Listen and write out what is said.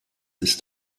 ist